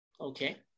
Okay